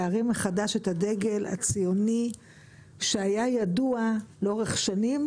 להרים מחדש את הדגל הציוני שהיה ידוע לאורך שנים,